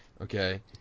okay